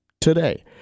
today